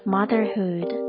Motherhood